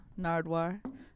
Nardwar